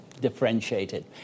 differentiated